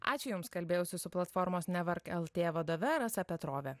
ačiū jums kalbėjausi su platformos nevark el tėt vadove rasa petrove